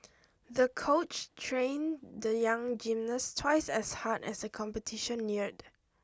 the coach trained the young gymnast twice as hard as the competition neared